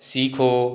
सीखो